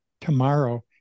tomorrow